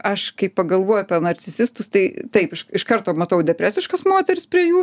aš kai pagalvoju apie narcisistus tai taip iš karto matau depresiškas moteris prie jų